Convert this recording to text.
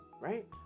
right